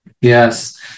Yes